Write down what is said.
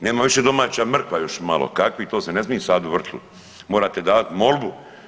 Nema više domaća mrkva još malo kakvi to se ne smi sadit u vrtu, morate davat molbu.